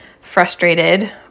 frustrated